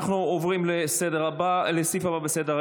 אנחנו עוברים לסעיף הבא בסדר-היום,